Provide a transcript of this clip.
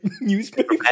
newspaper